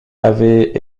avait